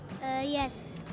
Yes